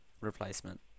replacement